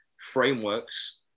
frameworks